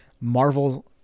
Marvel